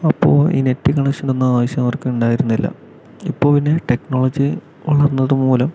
അപ്പോൾ ഈ net connection ഒന്നും ആവിശ്യം ആർക്കും ഉണ്ടായിരുന്നില്ല ഇപ്പോൾ പിന്നെ ടെക്നോളജി വളർന്നത് മൂലം